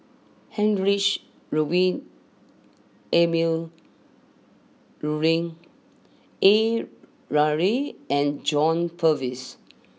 Heinrich Ludwig Emil Luering A Ramli and John Purvis